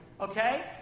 Okay